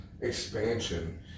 Expansion